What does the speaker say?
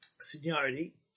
seniority